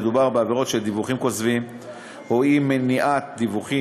מדובר בעבירות של דיווח כוזב או אי-מניעת דיווח,